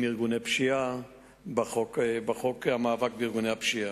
ארגוני פשיעה לפי חוק המאבק בארגוני פשיעה.